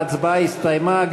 ההצבעה הסתיימה.